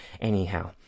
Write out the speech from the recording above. Anyhow